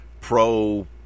pro